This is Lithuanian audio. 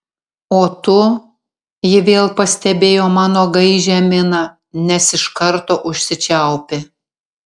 o tu ji vėl pastebėjo mano gaižią miną nes iš karto užsičiaupė